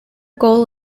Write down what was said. goal